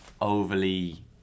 overly